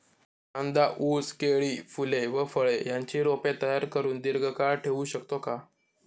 कांदा, ऊस, केळी, फूले व फळे यांची रोपे तयार करुन दिर्घकाळ ठेवू शकतो का?